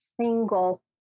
single